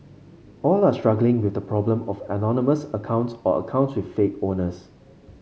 all are struggling with the problem of anonymous accounts or accounts with fake owners